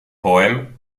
poèmes